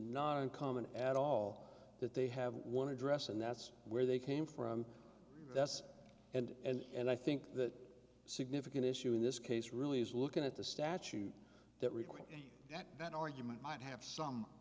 not uncommon at all that they have one address and that's where they came from that's and and and i think that significant issue in this case really is looking at the statute that requires that that argument might have some